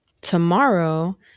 Tomorrow